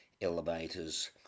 elevators